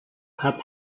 cup